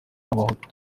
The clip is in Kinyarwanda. n’abahutu